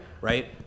right